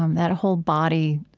um that whole body,